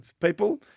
people